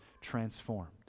transformed